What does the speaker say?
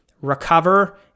recover